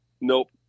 Nope